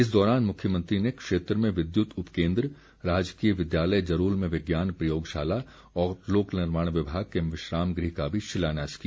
इस दौरान मुख्यमंत्री ने क्षेत्र में विद्यत उपकेन्द्र राजकीय विद्यालय जरोल में विज्ञान प्रयोगशाला और लोक निर्माण विभाग के विश्राम गृह का भी शिलान्यास किया